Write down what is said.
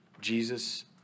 Jesus